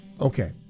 Okay